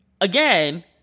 again